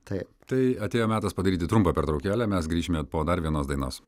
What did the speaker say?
taip tai atėjo metas padaryti trumpą pertraukėlę mes grįšime po dar vienos dainos